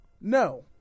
No